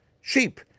sheep